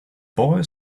boy